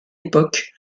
époque